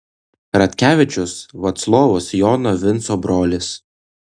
radkevičius vaclovas jono vinco brolis